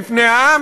מפני העם,